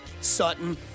Sutton